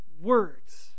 words